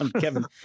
Kevin